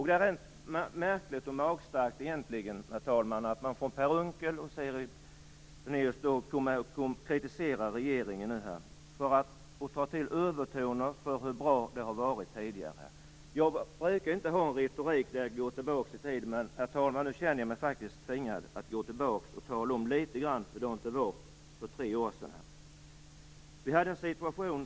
Det är både märkligt och magstarkt att Per Unckel kritiserar regeringen för att ta till övertoner om hur bra det har varit tidigare. Jag brukar inte använda mig av en retorik där man går tillbaka i tiden, men nu känner jag mig faktiskt tvingad att tala litet om hur det var för tre år sedan, herr talman.